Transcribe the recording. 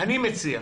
אני מציע,